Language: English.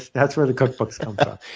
that's where the cookbooks come but